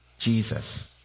Jesus